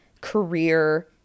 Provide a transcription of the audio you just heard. career